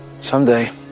Someday